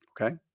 Okay